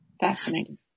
Fascinating